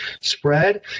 spread